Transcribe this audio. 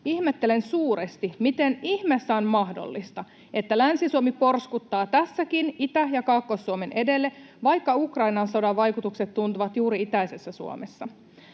Ihmettelen suuresti, miten ihmeessä on mahdollista, että Länsi-Suomi porskuttaa tässäkin Itä- ja Kaakkois-Suomen edelle, vaikka Ukrainan sodan vaikutukset tuntuvat juuri itäisessä Suomessa.